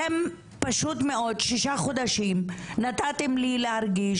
אתם פשוט מאוד שישה חודשים נתתם לי להרגיש